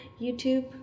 YouTube